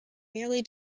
merely